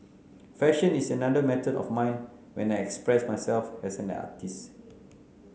fashion is another method of mine when I express myself as an artist